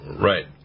Right